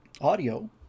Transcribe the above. audio